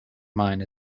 mine